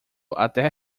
até